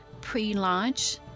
pre-launch